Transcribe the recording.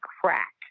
crack